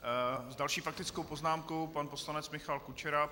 S další faktickou poznámkou pan poslanec Michal Kučera.